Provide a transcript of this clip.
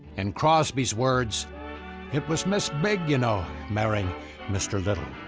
and crosby's words it was miss big you know, marrying mr. little.